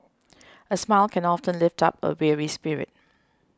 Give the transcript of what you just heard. a smile can often lift up a weary spirit